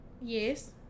yes